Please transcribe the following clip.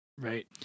Right